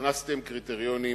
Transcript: הכנסתם קריטריונים רופפים,